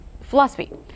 philosophy